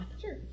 Sure